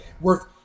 worth